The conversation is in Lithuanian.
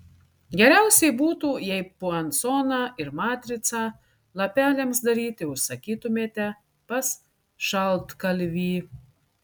geriausiai būtų jei puansoną ir matricą lapeliams daryti užsakytumėte pas šaltkalvį